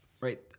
right